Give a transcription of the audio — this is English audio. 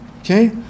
Okay